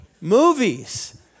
movies